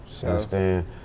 understand